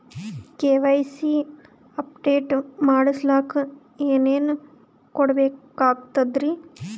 KYC update ಮಾಡಸ್ಲಕ ಏನೇನ ಕೊಡಬೇಕಾಗ್ತದ್ರಿ?